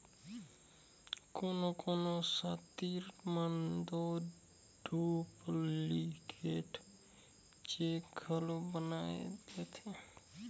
कोनो कोनो सातिर मन दो डुप्लीकेट चेक घलो बनाए लेथें